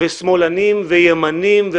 שמאלנים וימנים,